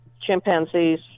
chimpanzees